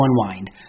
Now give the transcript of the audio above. unwind